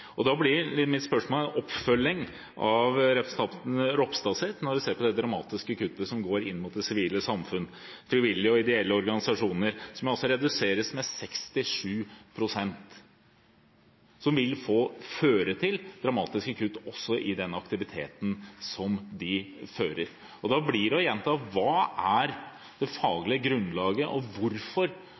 Da blir mitt spørsmål en oppfølging av representanten Ropstads, som gjelder det dramatiske kuttet som går inn mot det sivile samfunnet, frivillige og ideelle organisasjoner, hvor støtten altså reduseres med 67 pst., noe som vil føre til dramatiske kutt i den aktiviteten som de har. Da må jeg gjenta: Hva er det faglige grunnlaget for dette, og hvorfor